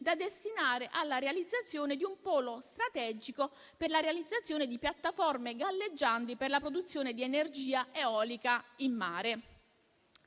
da destinare alla realizzazione di un polo strategico per la realizzazione di piattaforme galleggianti per la produzione di energia eolica in mare.